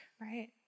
Right